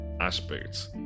aspects